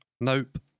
Nope